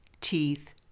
teeth